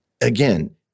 Again